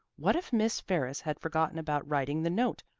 what if miss ferris had forgotten about writing the note,